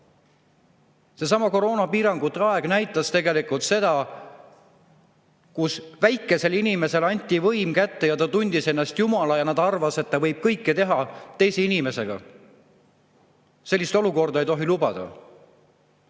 Seesama koroonapiirangute aeg näitas tegelikult seda, et kui väikesele inimesele anti võim kätte, siis ta tundis ennast jumalana ja arvas, et ta võib teise inimesega kõike teha. Sellist olukorda ei tohi lubada.